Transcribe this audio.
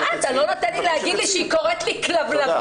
אתה לא נותן לי להגיב כשהיא קוראת לי כלבלבה?